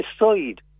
aside